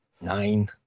Nine